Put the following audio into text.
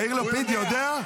יאיר לפיד יודע?